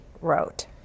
wrote